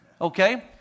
Okay